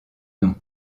nom